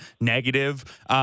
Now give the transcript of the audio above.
negative